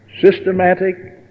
systematic